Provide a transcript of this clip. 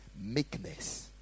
Meekness